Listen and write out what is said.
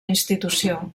institució